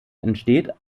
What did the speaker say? entsteht